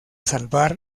salvar